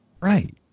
Right